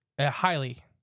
highly